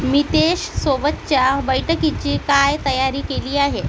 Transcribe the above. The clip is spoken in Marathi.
मितेशसोबतच्या बैठकीची काय तयारी केली आहे